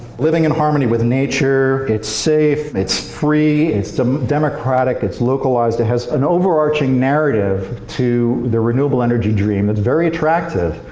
living in harmony with nature. it's safe. it's free. it's um democratic. it's localized. there's an overarching narrative to the renewable energy dream that's very attractive.